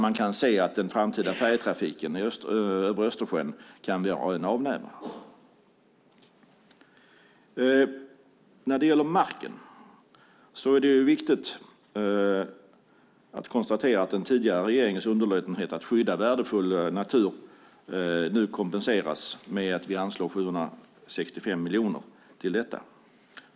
Man kan där se att den framtida färjetrafiken på Östersjön kan bli en avnämare. När det gäller marken är det viktigt att konstatera att den tidigare regeringens underlåtenhet att skydda värdefull natur nu kompenseras genom att vi anslår 765 miljoner kronor.